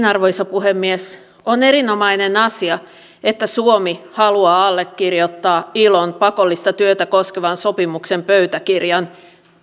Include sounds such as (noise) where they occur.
(unintelligible) arvoisa puhemies on erinomainen asia että suomi haluaa allekirjoittaa ilon pakollista työtä koskevan sopimuksen pöytäkirjan